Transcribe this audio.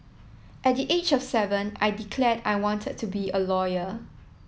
at the age of seven I declared I wanted to be a lawyer